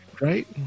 right